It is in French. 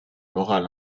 morale